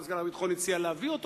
וסגן שר הביטחון הציע להביא אותו.